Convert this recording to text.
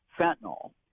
fentanyl